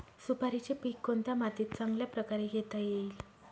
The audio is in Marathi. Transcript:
सुपारीचे पीक कोणत्या मातीत चांगल्या प्रकारे घेता येईल?